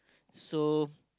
so